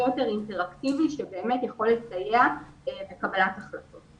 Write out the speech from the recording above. יותר אינטר-אקטיבי שבאמת יכול לסייע בקבלת החלטות.